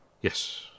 Yes